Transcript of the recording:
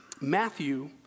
Matthew